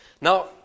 Now